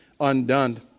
undone